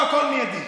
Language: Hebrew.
פה הכול מיידית.